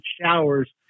showers